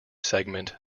segment